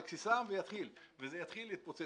על כיסם וזה יתחיל להתפוצץ,